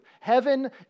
Heaven